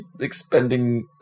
expending